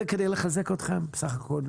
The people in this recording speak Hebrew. זה כדי לחזק אתכם, בסך הכל.